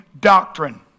doctrine